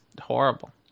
horrible